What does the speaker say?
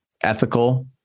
ethical